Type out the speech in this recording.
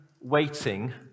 waiting